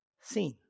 seen